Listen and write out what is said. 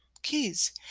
keys